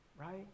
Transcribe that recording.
right